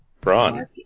Braun